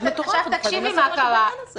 על זה הסכמנו, ובהסכמה זו אנחנו מתחילים.